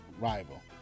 rival